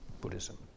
Buddhism